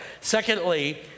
Secondly